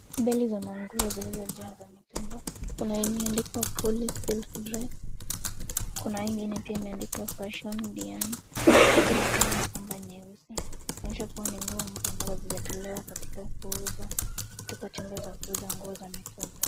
Beli za manguo zilizojaa za mitumba, kuna yenye imeandikwa polly silk dress , kuna hii ingine pia imeandikwa fashion diani na zimefungwa na kamba nyeusi, kumaanisha kuwa ni nguo mpya ambazo hazijatolewa katika kuuzwa katika chumba cha kuuza nguo za mitumba.